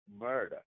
murder